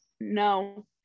No